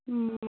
অঁ